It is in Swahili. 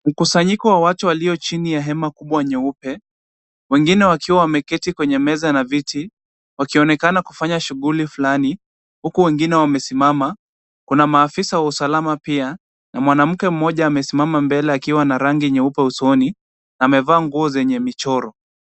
Mkusanyiko wa watu walio chini ya hema kubwa nyeupe, wengine wakiwa wameketi kwenye meza na viti, wakionekana kufanya shughuli fulani, huku wengine wamesimama. Kuna maafisa wa usalama pia na mwanamke mmoja amesimama mbele akiwa na rangi nyeupe usoni, amevaa nguo zenye michoro.